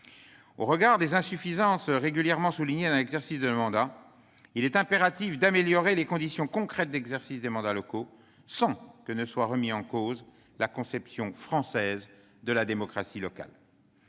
au regard des insuffisances régulièrement soulignées, il est impératif d'améliorer les conditions concrètes d'exercice des mandats locaux, sans que soit remise en cause la conception française de la démocratie locale.